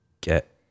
get